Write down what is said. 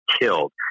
killed